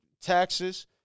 taxes